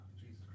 Jesus